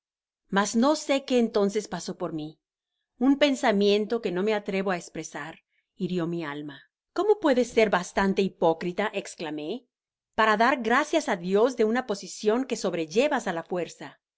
mas no sé lo que entonces pasó por mi un pensamiento que no me atrevo á espresar hirio mi alma cómo puedes ser bastante hipócrita esclamé para dar gracias á dios de una posicion que sobrellevas á la fuerza